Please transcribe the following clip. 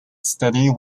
study